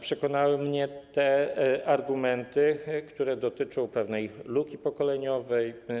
Przekonały mnie także te argumenty, które dotyczą pewnej luki pokoleniowej.